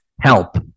help